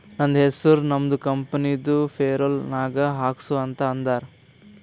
ನಂದ ಹೆಸುರ್ ನಮ್ದು ಕಂಪನಿದು ಪೇರೋಲ್ ನಾಗ್ ಹಾಕ್ಸು ಅಂತ್ ಅಂದಾರ